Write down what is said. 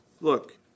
Look